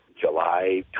July